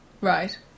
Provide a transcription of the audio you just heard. Right